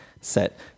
set